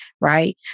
right